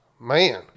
man